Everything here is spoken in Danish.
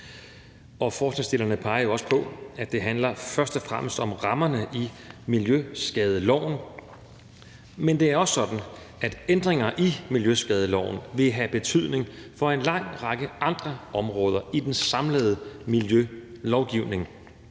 Forslagsstillerne peger også på, at det først og fremmest handler om rammerne i miljøskadeloven, men det er også sådan, at ændringer i miljøskadeloven vil have betydning for en lang række andre områder i den samlede miljølovgivning.